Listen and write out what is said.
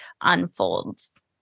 unfolds